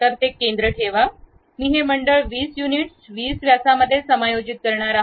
तर ते केंद्र ठेवा मी हे मंडळ 20 युनिट्स 20 व्यासामध्ये समायोजित करणार आहे